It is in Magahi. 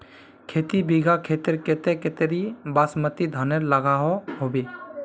खेती बिगहा खेतेर केते कतेरी बासमती धानेर लागोहो होबे?